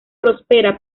prospera